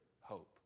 hope